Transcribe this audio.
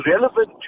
relevant